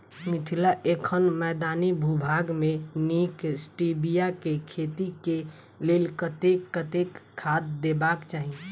मिथिला एखन मैदानी भूभाग मे नीक स्टीबिया केँ खेती केँ लेल कतेक कतेक खाद देबाक चाहि?